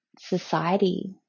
society